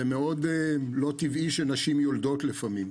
זה מאוד לא טבעי שנשים יולדות לפעמים,